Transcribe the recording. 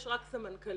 עומדת בראשו סמנכ"לית,